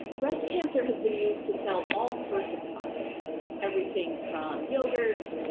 breast cancer has been used to sell all sorts of products everything from yogurt,